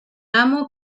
amo